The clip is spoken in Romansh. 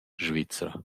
svizra